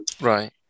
right